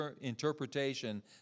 interpretation